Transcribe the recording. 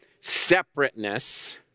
separateness